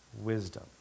Wisdom